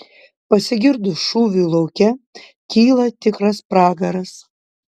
pasigirdus šūviui lauke kyla tikras pragaras